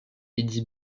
eddy